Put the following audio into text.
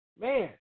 man